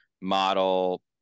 model